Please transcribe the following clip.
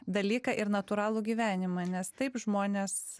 dalyką ir natūralų gyvenimą nes taip žmonės